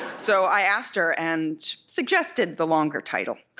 so i asked her and suggested the longer title.